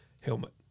helmet